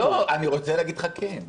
לא, אני רוצה להגיד לך כן.